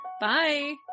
Bye